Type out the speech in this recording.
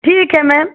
ठीक है मैम